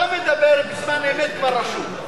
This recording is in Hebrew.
אתה מדבר, בזמן אמת כבר רשום.